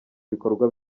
bikorwa